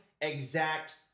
exact